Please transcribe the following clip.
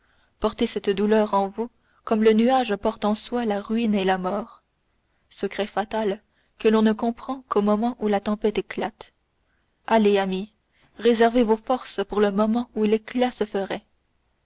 portez cette douleur en vous comme le nuage porte en soi la ruine et la mort secret fatal que l'on ne comprend qu'au moment où la tempête éclate allez ami réservez vos forces pour le moment où l'éclat se ferait